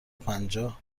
پنجاه